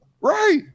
Right